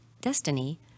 Destiny